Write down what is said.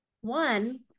One